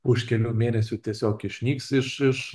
už kelių mėnesių tiesiog išnyks iš iš